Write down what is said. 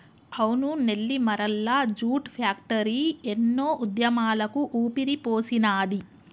అవును Nellimarla jute factory ఎన్నో ఉద్యమాలకు ఊపిరిపోసినాది